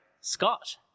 Scott